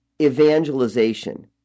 evangelization